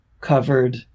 covered